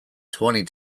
twenty